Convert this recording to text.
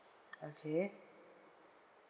okay